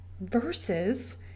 versus